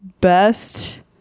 best